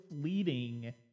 fleeting